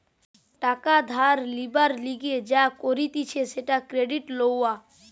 টাকা ধার লিবার লিগে যা করতিছে সেটা ক্রেডিট লওয়া